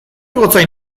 gotzain